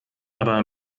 aber